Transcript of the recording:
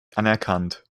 anerkannt